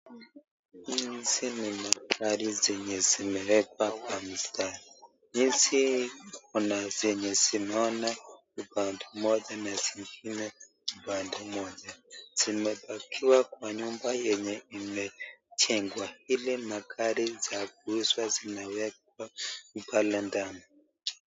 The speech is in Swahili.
Hizi ni magari zenye zimewekwa kwa mistari hizi kuna zenye zimeona upande mmoja na zingine upande moja, zimepakiwa kwa nyumba yenye imejengwa, hili ni magari za kuuzwa zimewekwa pale ndani.